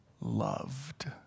loved